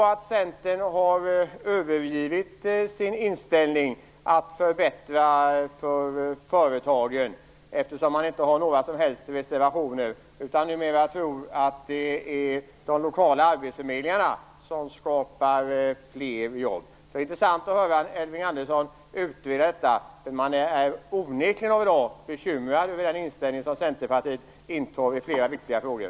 Har Centern övergett sin inställning att förbättra för företagen, eftersom man inte har några reservationer här? Tror man numera att det är de lokala arbetsförmedlingarna som skapar fler jobb? Det skulle vara intressant att höra Elving Andersson utreda detta. Jag är bekymrad över den inställning som Centerpartiet intar i flera viktiga frågor.